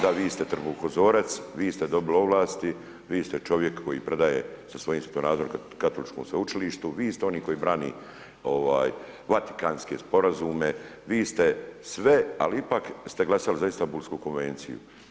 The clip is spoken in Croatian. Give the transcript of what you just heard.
Da vi ste trbuhozorac, vi ste dobili ovlasti vi ste čovjek koji predaje sa svojim … u Katoličkom sveučilištu, vi ste onaj koji brani Vatikanske sporazume, vi ste sve, ali ipak, vi ste glasali za Istanbuslku konvenciju.